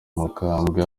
mukambwe